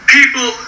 People